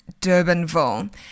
Durbanville